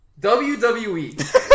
WWE